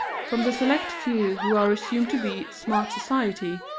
from the select few who are assumed to be smart society,